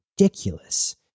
ridiculous